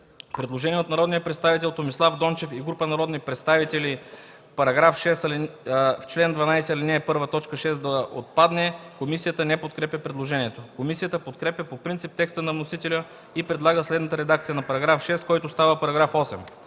Предложение от народния представител Томислав Дончев и група народни представители – в § 6, в чл. 12, ал. 1, т. 6 да отпадне. Комисията не подкрепя предложението. Комисията подкрепя по принцип текста на вносителя и предлага следната редакция на § 6, който става § 8: „§ 8.